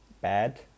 bad